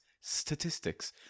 Statistics